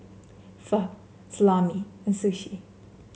Pho Salami and Sushi